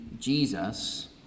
Jesus